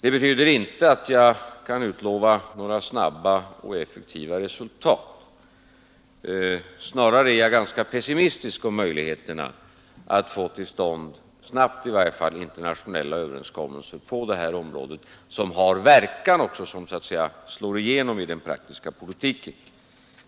Det betyder inte att jag kan utlova några snabba och effektiva resultat. Snarare är jag ganska pessimistisk om möjligheterna att få till stånd — snabbt i varje fall — internationella överenskommelser på det här området som också slår igenom i den praktiska politiken.